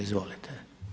Izvolite.